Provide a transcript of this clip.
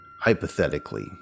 Hypothetically